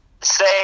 say